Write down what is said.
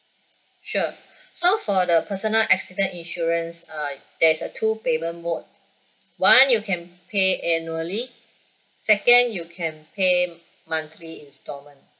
sure so for the personal accident insurance err there's a two payment mode one you can pay annually second you can pay monthly instalment